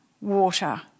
water